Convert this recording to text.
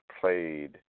played